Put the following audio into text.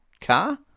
car